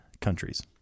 countries